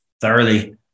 thoroughly